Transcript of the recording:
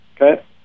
Okay